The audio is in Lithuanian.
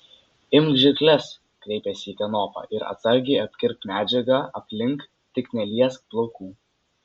imk žirkles kreipėsi į kanopą ir atsargiai apkirpk medžiagą aplink tik neliesk plaukų